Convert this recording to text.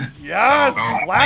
Yes